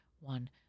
one